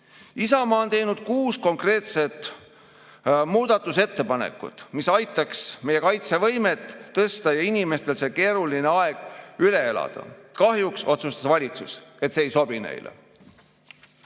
Isamaa on teinud kuus konkreetset muudatusettepanekut, mis aitaks meie kaitsevõimet tõsta ja inimestel see keeruline aeg üle elada. Kahjuks otsustas valitsus, et need ei sobi neile.